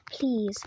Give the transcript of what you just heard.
please